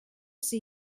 see